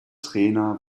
trainer